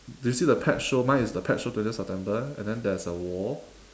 do you see the pet show mine is the pet show twentieth september and than there's a wall